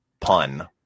pun